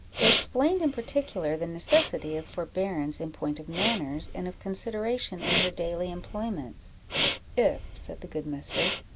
they explained, in particular, the necessity of forbearance in point of manners, and of consideration in her daily employments if, said the good mistress,